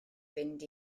fynd